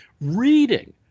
reading